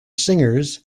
singers